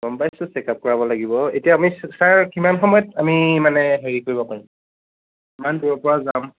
গম পাইছোঁ check up কৰাব লাগিব এতিয়া আমি ছা ছাৰ কিমান সময়ত আমি মানে হেৰি কৰিব পাৰিম ইমান দূৰৰ পৰা যাম